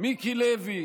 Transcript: מיקי לוי,